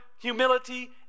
humility